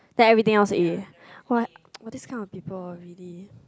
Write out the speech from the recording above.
then everything else A what !wah! this kind of people really